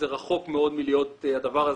זה רחוק מאוד מלהיות הדבר הזה.